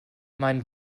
meinen